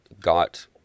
got